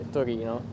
Torino